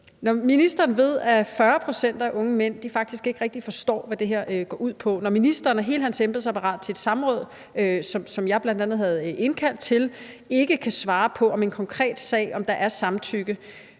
Når ministeren ved, at 40 pct. af unge mænd faktisk ikke rigtig forstår, hvad det her går ud på, og når ministeren og hele hans embedsapparat til et samråd, som jeg bl.a. havde indkaldt til, ikke kan svare på, om der i en konkret sag er samtykke,